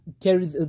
carry